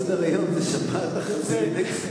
סדר-היום הוא שפעת החזירים.